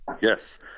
Yes